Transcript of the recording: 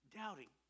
doubting